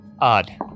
Odd